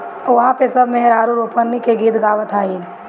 उहा पे सब मेहरारू रोपनी के गीत गावत हईन